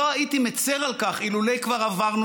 לא הייתי מצר על כך אילולא כבר עברנו